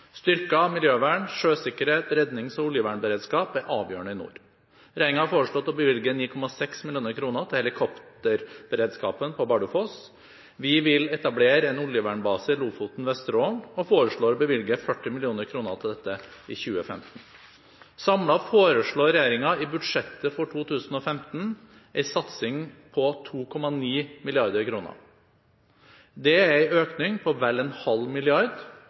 miljøvern, sjøsikkerhet, rednings- og oljevernberedskap er avgjørende i nord. Regjeringen har foreslått å bevilge 9,6 mill. kr til helikopterberedskapen på Bardufoss. Vi vil etablere en oljevernbase i Lofoten/Vesterålen og foreslår å bevilge 40 mill. kr til dette i 2015. Samlet foreslår regjeringen i budsjettet for 2015 en satsing på 2,9 mrd. kr. Det er en økning på vel en halv milliard,